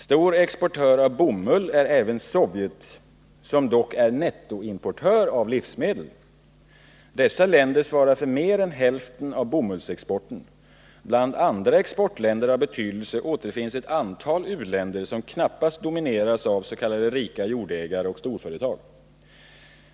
Stor exportör av bomull är även Sovjet, som dock är nettoimportör av livsmedel. Dessa länder svarar för mer än hälften av bomullsexporten. Bland andra exportländer av betydelse återfinns ett antal u-länder som knappast domineras av ”rika jordägare och storföretag”.